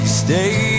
stay